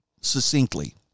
succinctly